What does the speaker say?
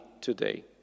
today